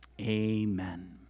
Amen